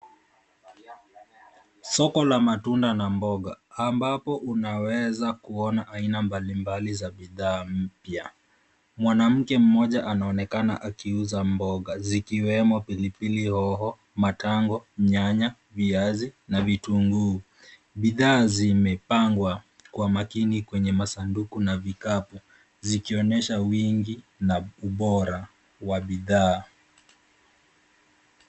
Soko la matnda na mboga ambapo unaweza kuona aina mbalimbali za bidhaa mpya. Mwanamke mmoja anaonekana akiuza mboga zikiwemo pilipilihoho, matanga, nyanya, viazi na vitunguu. Bidhaa zimepangwa kwa makini kwenye masanduku na vikapu zikionyesha wingi na ubora wa bidhaa.